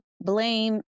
blame